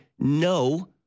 no